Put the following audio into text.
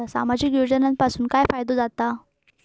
सामाजिक योजनांपासून काय फायदो जाता?